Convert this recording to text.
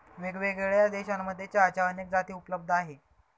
वेगळ्यावेगळ्या देशांमध्ये चहाच्या अनेक जाती उपलब्ध आहे